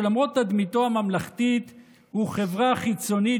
למרות תדמיתו הממלכתית הוא חברה חיצונית